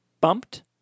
bumped